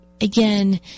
again